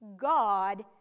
God